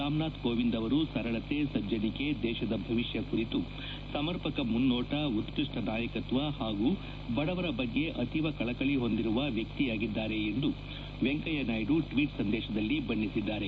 ರಾಮನಾಥ್ ಕೋವಿಂದ್ ಅವರು ಸರಳತೆ ಸಜ್ಜನಿಕೆ ದೇಶದ ಭವಿಷ್ಯ ಕುರಿತು ಸಮರ್ಪಕ ಮುನ್ನೋಟ ಉತ್ವಷ್ವ ನಾಯಕತ್ವ ಹಾಗೂ ಬದವರ ಬಗ್ಗೆ ಅತೀವ ಕಳಕಳಿ ಹೊಂದಿರುವ ವ್ಯಕ್ತಿಯಾಗಿದ್ದಾರೆ ಎಂದು ವೆಂಕಯ್ಯನಾಯ್ಲು ಟ್ವೀಚ್ ಸಂದೇಶದಲ್ಲಿ ಬಣ್ಣಿಸಿದ್ದಾರೆ